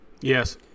Yes